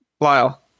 Lyle